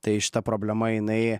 tai šita problema jinai